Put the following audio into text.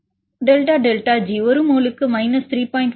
4 மற்றும் delta delta G ஒரு மோலுக்கு மைனஸ் 3